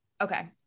okay